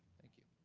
thank you.